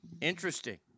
Interesting